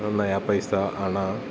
നയാപൈസ അണ